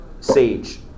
sage